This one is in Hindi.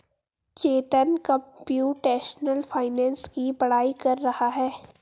चेतन कंप्यूटेशनल फाइनेंस की पढ़ाई कर रहा है